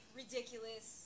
ridiculous